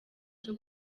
cyo